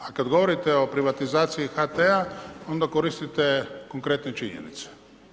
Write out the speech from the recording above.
A kad govorite o privatizaciji HT-a, onda koristite konkretne činjenice.